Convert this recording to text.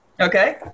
Okay